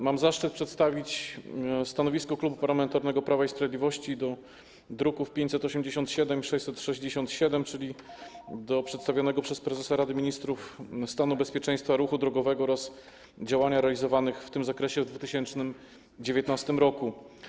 Mam zaszczyt przedstawić stanowisko Klubu Parlamentarnego Prawa i Sprawiedliwości odnośnie do druków nr 585 i 667, czyli do przedstawionego przez prezesa Rady Ministrów dokumentu: „Stan bezpieczeństwa ruchu drogowego oraz działania realizowane w tym zakresie w 2019 r.